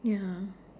ya